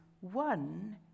One